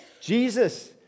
Jesus